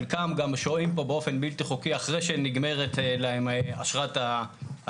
חלקם גם שוהים פה באופן לא בלתי חוקי אחרי שנגמרת להם אשרת התייר.